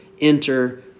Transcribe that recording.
enter